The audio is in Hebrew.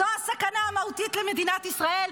זו הסכנה המהותית למדינת ישראל,